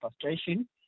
frustration